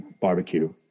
barbecue